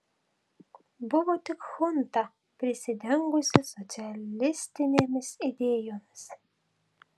buvo tik chunta prisidengusi socialistinėmis idėjomis